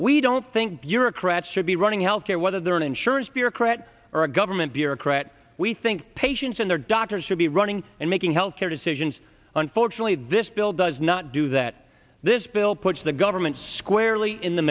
we don't think bureaucrats should be running health care whether they're an insurance bureaucrat or a government bureaucrat we think patients and their doctors should be running and making health care decisions unfortunately this bill does not do that this bill puts the government squarely in the